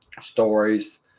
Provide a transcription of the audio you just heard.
stories